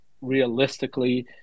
realistically